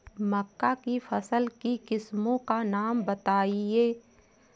मक्का की फसल की किस्मों का नाम बताइये